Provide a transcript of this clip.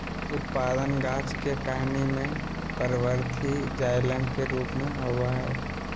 उत्पादन गाछ के टहनी में परवर्धी जाइलम के रूप में होबय हइ